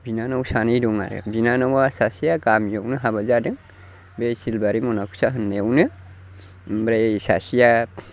बिनानाव सानै दं आरो बिनानावा सासेआ गामिआवनो हाबा जादों बे सिलबारि मनाख'सा होननायावनो ओमफ्राय सासेआ